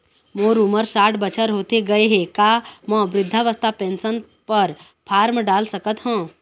मोर उमर साठ बछर होथे गए हे का म वृद्धावस्था पेंशन पर फार्म डाल सकत हंव?